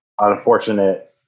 unfortunate